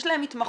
יש להן התמחות.